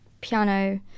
piano